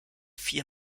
vier